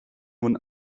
wurden